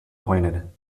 pointed